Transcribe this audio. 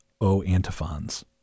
O-antiphons